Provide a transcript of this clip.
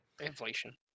Inflation